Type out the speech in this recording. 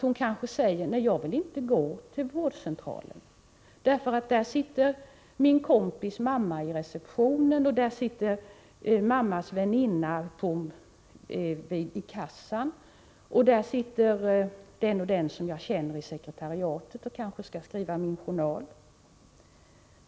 Hon kanske säger: Nej, jag vill inte gå till vårdcentralen, för där sitter min kompis mamma i receptionen, där sitter mammas väninna i kassan, och där sitter den och den som jag känner i sekretariatet och skall kanske skriva min journal.